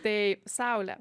tai saule